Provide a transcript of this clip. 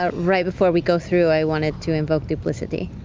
ah right before we go through, i wanted to invoke duplicity.